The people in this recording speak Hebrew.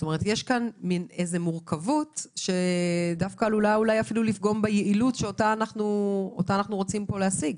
זה יוצר מין מורכבות שדווקא עלולה לפגום ביעילות שאנחנו רוצים להשיג.